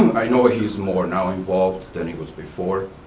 i know he's more now involved than he was before.